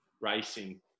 racing